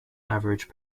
average